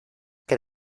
que